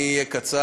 אני אהיה קצר,